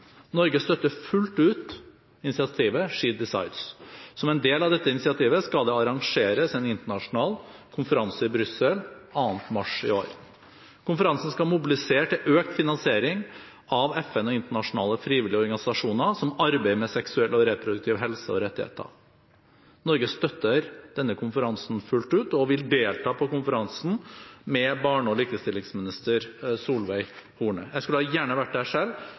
Norge støtter fullt ut initiativet «She Decides». Som en del av dette initiativet skal det arrangeres en internasjonal konferanse i Brussel 2. mars i år. Konferansen skal mobilisere til økt finansiering av FN og internasjonale frivillige organisasjoner som arbeider med seksuell og reproduktiv helse og rettigheter. Norge støtter denne konferansen fullt ut og vil delta på konferansen med barne- og likestillingsminister Solveig Horne. Jeg skulle gjerne vært der selv,